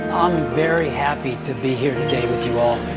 very happy to be here today with you all